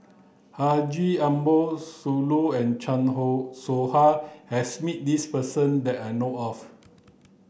Haji Ambo Sooloh and Chan Soh Ha has met this person that I know of